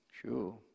Sure